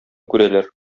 күрәләр